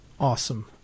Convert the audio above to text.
Awesome